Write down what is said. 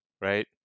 right